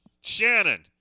Shannon